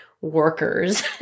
workers